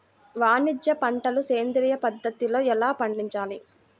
వాణిజ్య పంటలు సేంద్రియ పద్ధతిలో ఎలా పండించాలి?